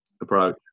approach